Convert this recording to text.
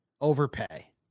overpay